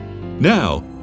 Now